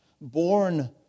born